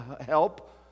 help